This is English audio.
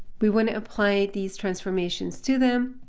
we want to apply these transformations to them.